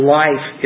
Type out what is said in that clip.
life